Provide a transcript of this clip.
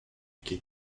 quai